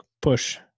push